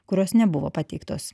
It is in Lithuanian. kurios nebuvo pateiktos